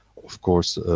of course,